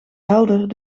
helder